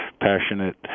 passionate